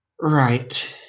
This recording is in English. Right